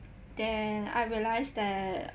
then I realised that